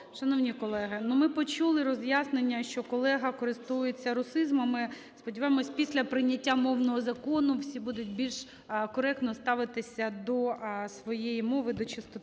Шановні колеги, ну, ми почули роз'яснення, що колега користується русизмами, сподіваємося, після прийняття мовного закону всі будуть більш коректно ставитися до своєї мови, до чистоти